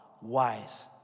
wise